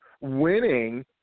winning